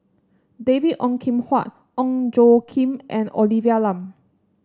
David Ong Kim Huat Ong Tjoe Kim and Olivia Lum